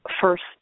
first